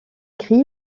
cri